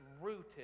rooted